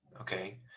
okay